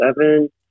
seven